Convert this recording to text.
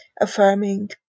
affirming